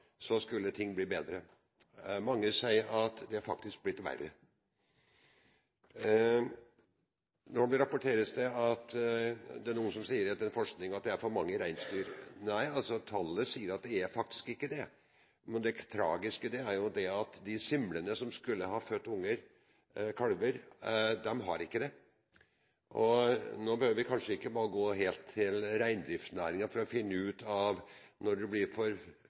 skulle ting bli bedre. Mange sier at det faktisk er blitt verre. Nå rapporteres det om, etter forskning, at det er for mange reinsdyr. Nei, tallet sier at det ikke er det, men det tragiske er at simlene som skulle ha født kalver, ikke har kalver. Nå behøver vi kanskje ikke gå helt til reindriftsnæringen for å finne ut at når en blir